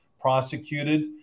prosecuted